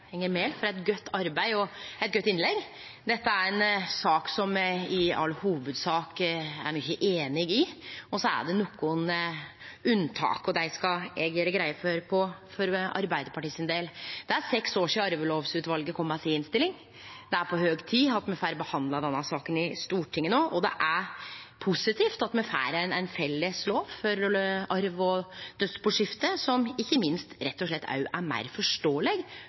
Enger Mehl for eit godt arbeid og eit godt innlegg. Dette er ei sak der me i all hovudsak er einige i mykje. Så er det nokre unntak, og dei skal eg gjere greie for for Arbeidarpartiets del. Det er seks år sidan Arvelovutvalet kom med si innstilling. Det er på høg tid at me får behandla denne saka i Stortinget no, og det er positivt at me får ein felles lov for arv og dødsboskifte som ikkje minst rett og slett òg er